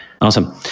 Awesome